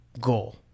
goal